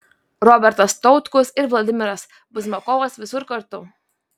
robertas tautkus ir vladimiras buzmakovas visur kartu